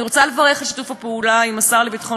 אני רוצה לברך על שיתוף הפעולה עם השר לביטחון